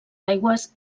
aigües